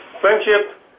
friendship